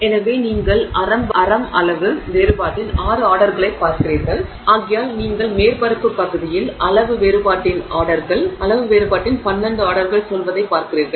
எனவே நீங்கள் ஆரம் அளவு வேறுபாட்டின் 6 ஆர்டர்களைப் பார்க்கிறீர்கள் ஆகையால் நீங்கள் மேற்பரப்புப் பகுதியில் அளவு வேறுபாட்டின் 12 ஆர்டர்கள் சொல்வதைப் பார்க்கிறீர்கள்